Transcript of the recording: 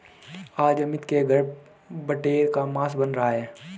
आज अमित के घर बटेर का मांस बन रहा है